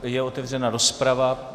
Je otevřena rozprava.